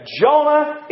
Jonah